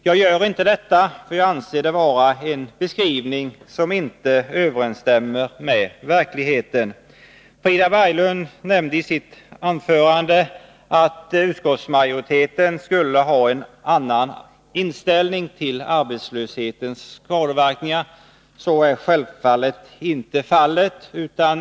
Jag görinte detta, för jag anser det vara en beskrivning som inte stämmer överens med verkligheten. Frida Berglund nämnde i sitt anförande att utskottsmajoriteten skulle ha en annan inställning till arbetslöshetens sociala konsekvenser. Så är självklart inte fallet.